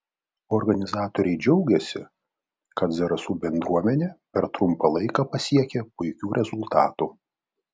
organizatoriai džiaugėsi kad zarasų bendruomenė per trumpą laiką pasiekė puikių rezultatų